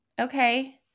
Okay